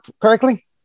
correctly